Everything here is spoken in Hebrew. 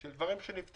על דברים שנפתרו.